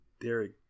Derek